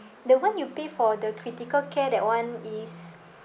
the one you pay for the critical care that one is